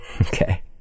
Okay